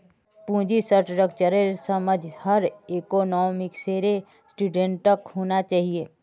पूंजी स्ट्रक्चरेर समझ हर इकोनॉमिक्सेर स्टूडेंटक होना चाहिए